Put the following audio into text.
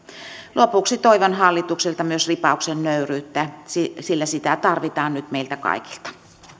lopuksi toivon hallitukselta myös ripausta nöyryyttä sillä sitä tarvitaan nyt meiltä kaikilta